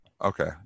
okay